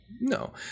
No